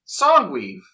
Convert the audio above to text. Songweave